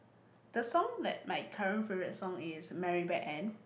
the song like my current favourite song is Mary black and